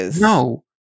No